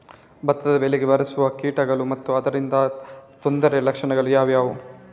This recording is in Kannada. ಭತ್ತದ ಬೆಳೆಗೆ ಬಾರಿಸುವ ಕೀಟಗಳು ಮತ್ತು ಅದರಿಂದಾದ ತೊಂದರೆಯ ಲಕ್ಷಣಗಳು ಯಾವುವು?